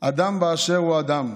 אדם באשר הוא אדם,